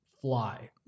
fly